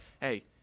hey